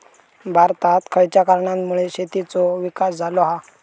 भारतात खयच्या कारणांमुळे शेतीचो विकास झालो हा?